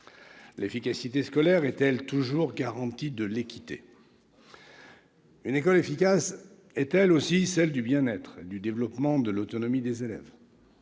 L'efficacité scolaire est-elle toujours une garantie de l'équité ? Une école efficace est-elle aussi celle du bien-être et du développement de l'autonomie des élèves ?